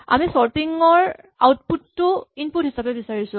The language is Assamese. আমি চৰ্টিং ৰ আউটপুট টো ইনপুট হিচাপে বিচাৰিছো